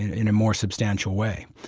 in a more substantial way.